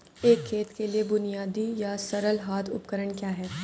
एक खेत के लिए बुनियादी या सरल हाथ उपकरण क्या हैं?